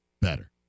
better